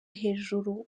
hejuru